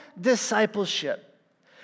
discipleship